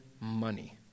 money